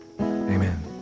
Amen